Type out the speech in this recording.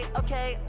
okay